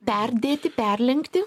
perdėti perlenkti